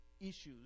issues